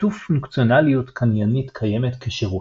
עיטוף פונקציונליות קניינית קיימת כשירות.